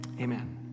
Amen